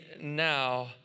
now